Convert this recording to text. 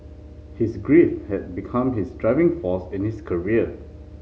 his grief had become his driving force in his career